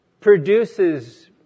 produces